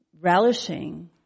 relishing